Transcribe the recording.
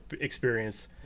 experience